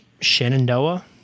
Shenandoah